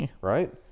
right